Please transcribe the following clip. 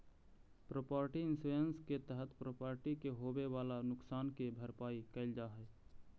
property insurance के तहत property के होवेऽ वाला नुकसान के भरपाई कैल जा हई